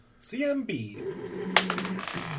CMB